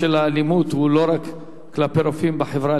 האלימות היא לא רק כלפי רופאים בחברה,